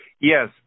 Yes